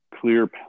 clear